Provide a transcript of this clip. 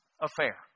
affair